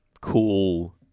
cool